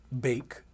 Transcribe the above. bake